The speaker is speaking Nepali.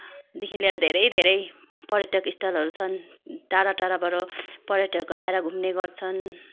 देखि लिएर धेरै धेरै पर्यटक स्थलहरू छन् टाढा टाढाबाट पर्यटकहरू आएर घुम्ने गर्छन्